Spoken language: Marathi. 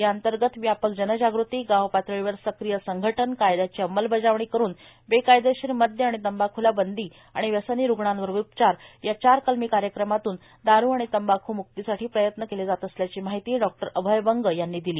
याअंतर्गत व्यापक जनजागृती गाव पातळीवर सक्रीय संघटन कायद्याची अंमलबजावणी करून बेकायदेशीर मद्य आणि तंबाखूला बंदी आणि व्यसनी रुग्णांवर उपचार या चार कलमी कार्यक्रमांतून दारू आणि तंबाखूमुक्तीसाठी प्रयत्न केले जात असल्याची माहिती डॉ अभय बंग यांनी दिली